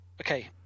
okay